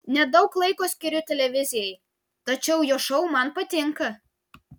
nedaug laiko skiriu televizijai tačiau jo šou man patinka